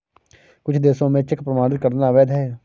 कुछ देशों में चेक प्रमाणित करना अवैध है